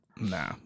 Nah